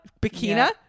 Bikina